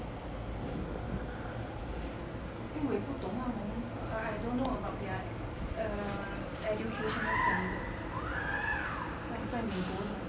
因为我也不懂他们 I I don't know about their err educational standard 在美国的